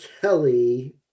Kelly